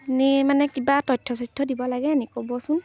আপুনি মানে কিবা তথ্য চথ্য দিব লাগে নেকি ক'বচোন